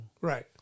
Right